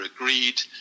agreed